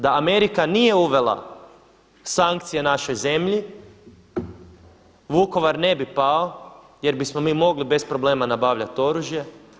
Da Amerika nije uvela sankcije našoj zemlji Vukovar ne bi pao jer bismo mi mogli bez problema nabavljati oružje.